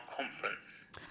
conference